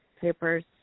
papers